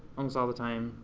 almost all the time,